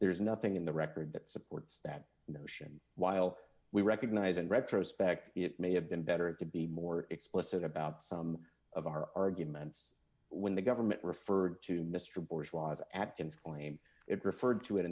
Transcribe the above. there is nothing in the record that supports that notion while we recognize in retrospect it may have been better to be more explicit about some of our arguments when the government referred to mr bush was at tim's claim it referred to it